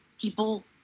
people